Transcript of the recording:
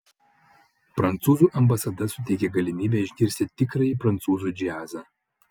prancūzų ambasada suteikia galimybę išgirsti tikrąjį prancūzų džiazą